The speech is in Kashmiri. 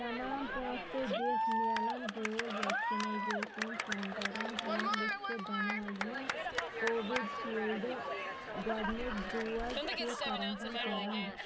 تمام پونٛسہٕ دِتھ میلن وٲلۍ وٮ۪کسِنیزیٚشن سٮ۪نٹرن ہُنٛد لسٹ بناو یِم کووِشیٖلڈ گۄڈنیُک ڈوز چھِ فراہَم کران